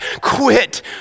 Quit